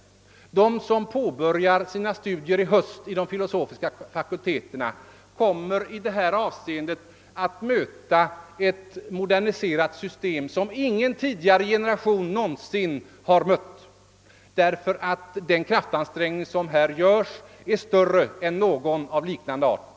De som i höst påbörjar sina studier vid de filosofiska fakulteterna kommer i detta avseende att möta ett system som är moderniserat i högre grad än någon annan tidigare generation någonsin fått uppleva. Den kraftansträngning som gjorts och görs är nämligen större än någon tidigare av liknande art.